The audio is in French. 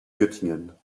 göttingen